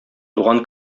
туган